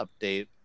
update